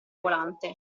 volante